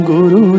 Guru